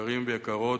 יקרים ויקרות,